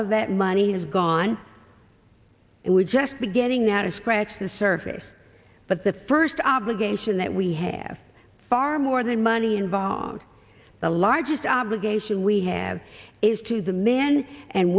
of that money has gone and we're just beginning now to scratch the surface but the first obligation that we have far more than money involved the largest obligation we have is to the men and